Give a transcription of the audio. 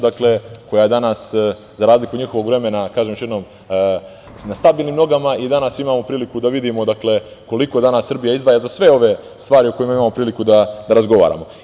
Dakle, koja je danas za razliku od njihovog vremena, kažem još jednom, na stabilnim nogama, i danas imamo priliku da vidimo koliko danas Srbija izdvaja za sve ove stvari o kojima imamo priliku da razgovaramo.